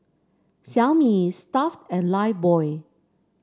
Xiaomi Stuff'd and Lifebuoy